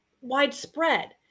widespread